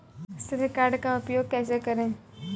श्रेय कार्ड का उपयोग कैसे करें?